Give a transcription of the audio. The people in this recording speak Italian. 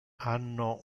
hanno